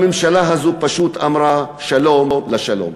הממשלה הזאת פשוט אמרה שלום לשלום.